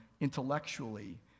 intellectually